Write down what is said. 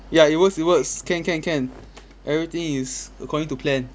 ya it works it works can can can everything is according to plan